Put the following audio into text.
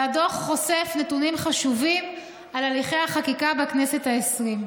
והדוח חושף נתונים חשובים על הליכי החקיקה בכנסת העשרים.